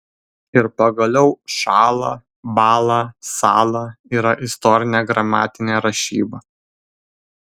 ir pagaliau šąla bąla sąla yra istorinė gramatinė rašyba